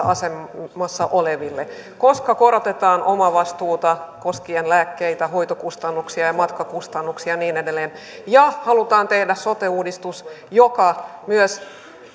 asemassa oleville koska korotetaan omavastuuta koskien lääkkeitä hoitokustannuksia matkakustannuksia ja niin edelleen ja halutaan tehdä sote uudistus joka myös